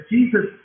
Jesus